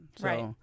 Right